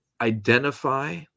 identify